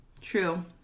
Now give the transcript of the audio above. True